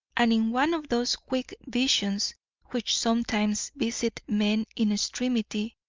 and in one of those quick visions which sometimes visit men in extremity,